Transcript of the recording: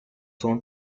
soon